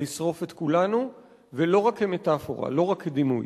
לשרוף את כולנו, ולא רק כמטאפורה, לא רק כדימוי.